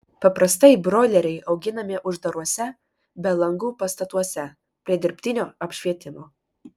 paprastai broileriai auginami uždaruose be langų pastatuose prie dirbtinio apšvietimo